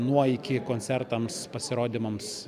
nuo iki koncertams pasirodymams